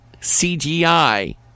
CGI